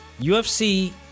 ufc